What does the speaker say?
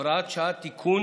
הוראת שעה, תיקון)